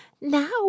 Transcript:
Now